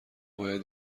باید